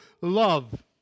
love